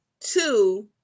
Two